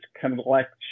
collection